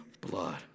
blood